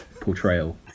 portrayal